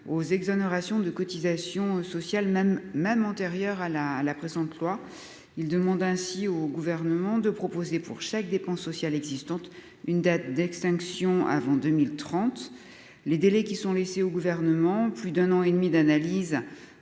aux exonérations de cotisations sociales même même antérieure à la la présente loi, il demande ainsi au gouvernement de proposer pour chaque dépenses sociales existantes, une date d'extinction avant 2030, les délais qui sont laissés au gouvernement, plus d'un an et demi d'analyse